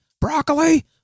broccoli